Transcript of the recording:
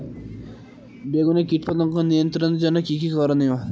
বেগুনে কীটপতঙ্গ নিয়ন্ত্রণের জন্য কি কী করনীয়?